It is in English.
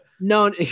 No